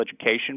education